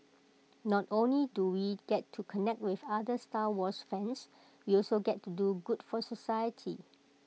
not only do we get to connect with other star wars fans we also get to do good for society